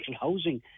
housing